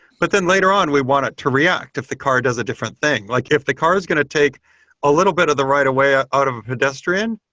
but then later on, we want it to react if the car does a different thing. like if the car is going to take a little bit of the right-of-way ah out of a pedestrian,